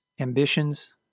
ambitions